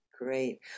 Great